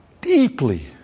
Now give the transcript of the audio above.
Deeply